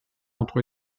entre